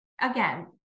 again